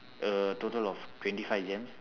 a total of twenty five gems